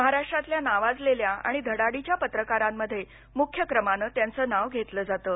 महाराष्ट्रातल्या नावाजलेल्या आणि धडाडीच्या पत्रकारांमध्ये मुख्य क्रमाने त्यांचं नाव घेतलं जातं